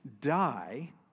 die